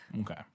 Okay